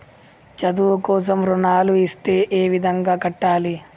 చదువు కోసం రుణాలు ఇస్తే ఏ విధంగా కట్టాలి?